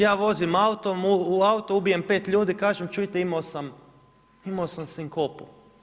Ja vozim auto, u autu ubijem 5 ljudi, kažem, čujte imao sam sinkopu.